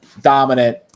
dominant